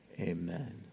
Amen